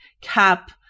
Cap